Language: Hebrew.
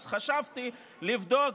אז חשבתי לבדוק